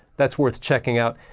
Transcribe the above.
that's worth checking out.